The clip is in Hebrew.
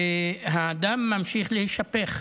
והדם ממשיך להישפך.